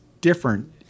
different